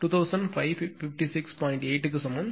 8 க்கு சமம்